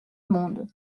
monde